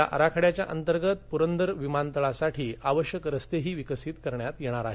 या आराखड्याच्याअंतर्गत पुरदर विमान तळासाठी आवश्यक रस्तेही विकसित करण्यात येणार आहेत